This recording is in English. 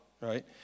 right